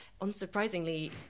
unsurprisingly